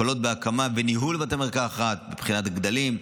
הקלות בהקמה ובניהול בתי מרקחת מבחינת גדלים,